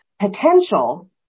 potential